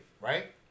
right